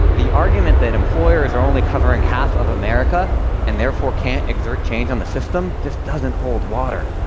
the argument that employers are only covering half of america and therefore can't exert change on the system just doesn't hold water.